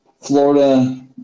Florida